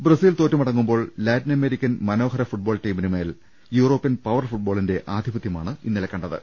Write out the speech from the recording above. Brazil തോറ്റ് മടങ്ങുമ്പോൾ Latin American മനോ ഹര ഫുട്ബോൾ ടീമിനുമേൽ യൂറോപ്യൻ പവർ ഫുട്ബോളിന്റെ ആധിപത്യമാണ് ഇന്നലെ കണ്ടത്